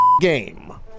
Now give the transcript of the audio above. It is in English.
game